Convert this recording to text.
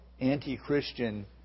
anti-Christian